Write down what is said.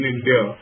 India